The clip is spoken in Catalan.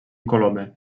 colomer